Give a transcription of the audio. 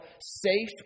safe